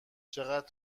چقد